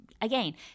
Again